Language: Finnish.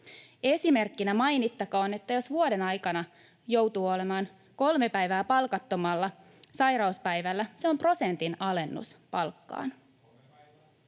Esimerkkinä mainittakoon, että jos vuoden aikana joutuu olemaan kolme päivää palkattomalla sairauspäivällä, se on prosentin alennus palkkaan.